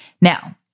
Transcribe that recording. Now